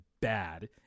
bad